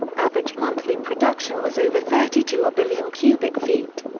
average monthly production was over thirty two billion cubic feet.